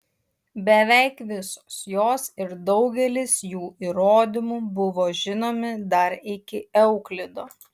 beveik visos jos ir daugelis jų įrodymų buvo žinomi dar iki euklido